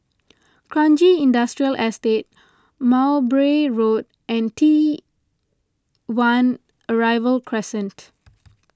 Kranji Industrial Estate Mowbray Road and T one Arrival Crescent